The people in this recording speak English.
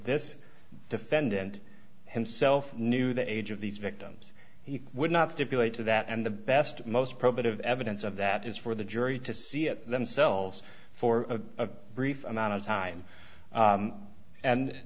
this defendant himself knew the age of these victims he would not stipulate to that and the best most probative evidence of that is for the jury to see it themselves for a brief amount of time